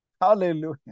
Hallelujah